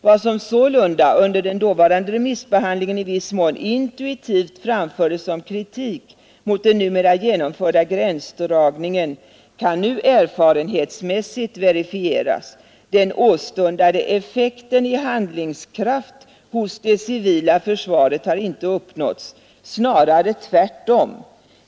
Vad som sålunda under den dåvarande remissbehandlingen i viss mån intuitivt framfördes som kritik mot den numera genomförda gränsdragningen kan nu erfarenhetsmässigt verifieras. Den åstundade effekten i handlingskraft hos det civila försvaret har inte uppnåtts. Snarare tvärtom.